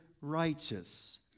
righteous